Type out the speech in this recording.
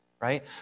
Right